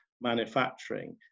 manufacturing